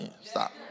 stop